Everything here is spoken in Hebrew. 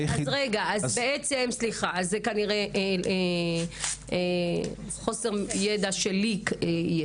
אז זה כנראה חוסר ידע שיש אצלי.